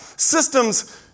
Systems